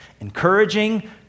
encouraging